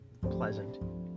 pleasant